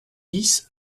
dix